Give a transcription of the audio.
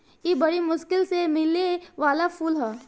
इ बरी मुश्किल से मिले वाला फूल ह